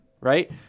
right